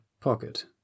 pocket